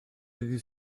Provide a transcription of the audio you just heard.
die